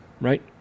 right